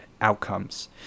outcomes